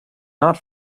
not